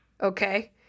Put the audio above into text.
Okay